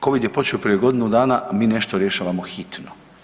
Covid je počeo prije godinu dana, mi nešto rješavamo hitno.